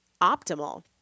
optimal